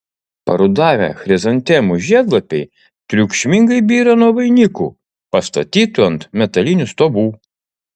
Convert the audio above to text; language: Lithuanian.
parudavę chrizantemų žiedlapiai triukšmingai byra nuo vainikų pastatytų ant metalinių stovų